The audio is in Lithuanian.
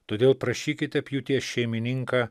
todėl prašykite pjūties šeimininką